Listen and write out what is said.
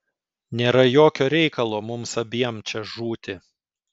nėra jokio reikalo mums abiem čia žūti